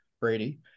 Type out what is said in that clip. Brady